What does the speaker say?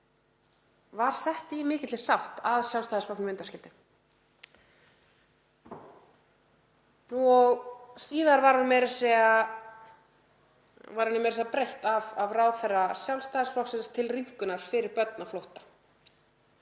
var sett í mikilli sátt að Sjálfstæðisflokknum undanskildum og síðar var henni meira að segja breytt af ráðherra Sjálfstæðisflokksins til rýmkunar fyrir börn á flótta.